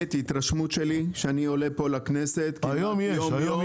התרשמות שלי כשאני עולה פה לכנסת כמעט יום יום -- היום יש.